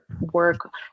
work